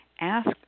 ask